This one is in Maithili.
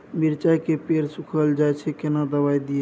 मिर्चाय के पेड़ सुखल जाय छै केना दवाई दियै?